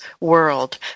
world